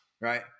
right